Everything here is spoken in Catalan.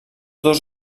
dos